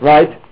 Right